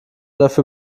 dafür